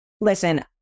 listen